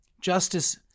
Justice